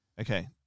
Okay